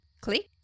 click